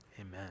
amen